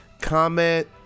comment